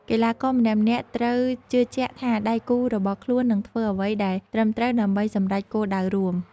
កីឡាករម្នាក់ៗត្រូវជឿជាក់ថាដៃគូរបស់ខ្លួននឹងធ្វើអ្វីដែលត្រឹមត្រូវ ដើម្បីសម្រេចគោលដៅរួម។